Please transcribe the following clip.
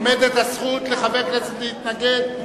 עומדת לחברי הכנסת הזכות להתנגד,